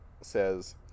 says